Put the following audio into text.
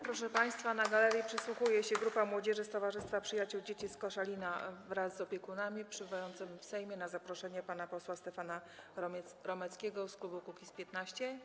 Proszę państwa, na galerii przysłuchuje się grupa młodzieży z Towarzystwa Przyjaciół Dzieci z Koszalina wraz z opiekunami, przebywająca w Sejmie na zaproszenie pana posła Stefana Romeckiego z klubu Kukiz’15.